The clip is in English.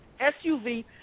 SUV